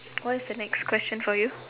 what is the next question for you